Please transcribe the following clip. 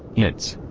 it's,